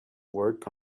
work